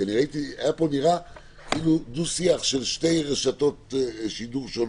כי זה היה נראה כמו דו-שיח של שתי רשתות שידור שונות.